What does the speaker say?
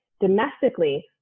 domestically